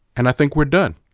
and i think we're done.